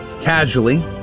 casually